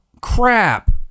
crap